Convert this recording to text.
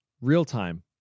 real-time